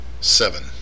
seven